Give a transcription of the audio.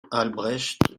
albrecht